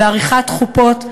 ועריכת חופות,